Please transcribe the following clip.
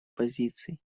позиций